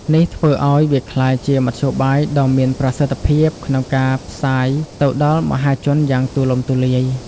នេះធ្វើឱ្យវាក្លាយជាមធ្យោបាយដ៏មានប្រសិទ្ធភាពក្នុងការផ្សាយទៅដល់មហាជនយ៉ាងទូលំទូលាយ។